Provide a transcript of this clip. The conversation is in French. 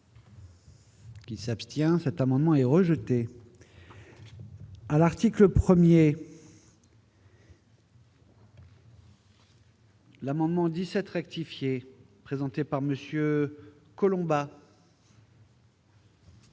Qui s'abstient, cet amendement est rejeté. à l'article 1er. L'amendement 17 rectifié présenté par Monsieur Collombat.